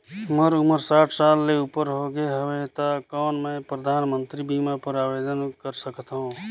मोर उमर साठ साल ले उपर हो गे हवय त कौन मैं परधानमंतरी बीमा बर आवेदन कर सकथव?